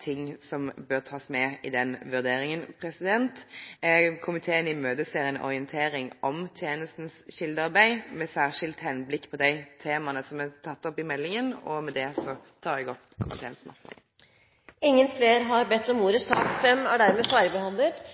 forhold som bør tas med i den vurderingen. Komiteen imøteser en orientering om tjenestens kildearbeid, med særskilt henblikk på de temaene som er tatt opp i meldingen. Med dette vil jeg anbefale komiteens innstilling. Flere har ikke bedt om ordet til sak nr. 5. Stortinget er